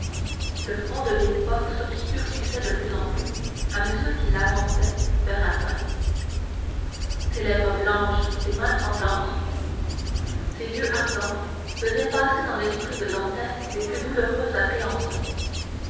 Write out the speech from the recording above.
le front de villefort s'obscurcissait de plus en plus à mesure qu'il avançait vers la fin ses lèvres blanches ses mains tremblantes ses yeux ardents faisaient passer dans l'esprit de dantès les plus douloureuses appréhensions